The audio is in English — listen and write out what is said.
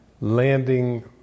landing